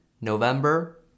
November